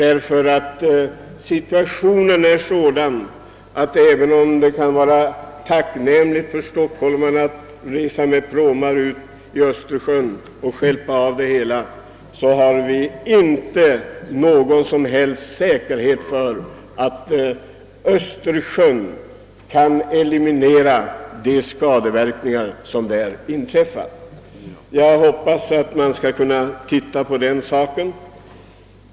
även om det för stockholmarna skulle vara tacknämligt om man med pråmar kunde transportera ut och stjälpa avfallet i Östersjön, har vi inte någon som helst säkerhet för att Östersjön kan ta emot allt detta avfall utan att skadeverkningar uppstår. Jag hoppas att man skall kunna undersöka den saken.